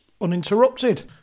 uninterrupted